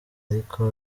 ariko